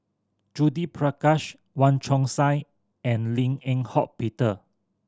Judith Prakash Wong Chong Sai and Lim Eng Hock Peter